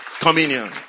Communion